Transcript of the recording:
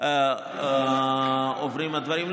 עוברים הדברים.